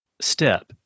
step